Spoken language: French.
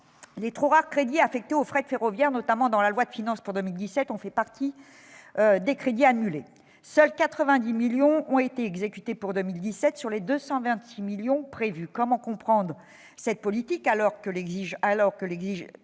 les trop rares crédits affectés au fret ferroviaire, notamment dans la loi de finances pour 2017, ont fait partie des crédits annulés. Seuls 90 millions d'euros ont été exécutés pour 2017 sur les 226 millions d'euros prévus. Comment comprendre cette politique alors que l'exigence